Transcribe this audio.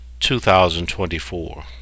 2024